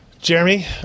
Jeremy